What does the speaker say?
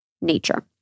Nature